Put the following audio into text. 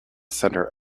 centre